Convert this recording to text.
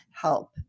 help